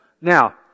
Now